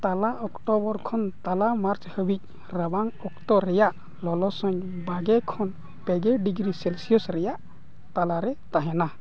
ᱛᱟᱞᱟ ᱚᱠᱴᱳᱵᱚᱨ ᱠᱷᱚᱱ ᱛᱟᱞᱟ ᱢᱟᱨᱪ ᱦᱟᱹᱵᱤᱡ ᱨᱟᱵᱟᱝ ᱚᱠᱛᱚ ᱨᱮᱭᱟᱜ ᱞᱚᱞᱚ ᱥᱚᱝ ᱵᱟᱨᱜᱮ ᱠᱷᱚᱱ ᱯᱮᱜᱮ ᱰᱤᱜᱽᱨᱤ ᱥᱮᱞᱥᱤᱭᱟᱥ ᱨᱮᱭᱟᱜ ᱛᱟᱞᱟᱨᱮ ᱛᱟᱦᱮᱱᱟ